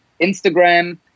Instagram